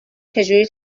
چجوری